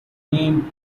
name